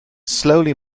slowly